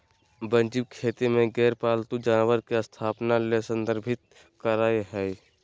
वन्यजीव खेती में गैर पालतू जानवर के स्थापना ले संदर्भित करअ हई